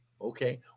Okay